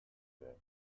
today